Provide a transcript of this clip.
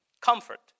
comfort